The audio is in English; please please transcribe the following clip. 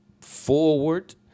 forward